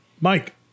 Mike